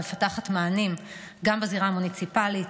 המפתחת מענים בזירה המוניציפלית,